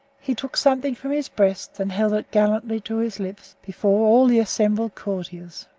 he took something from his breast and held it gallantly to his lips, before all the assembled courtiers.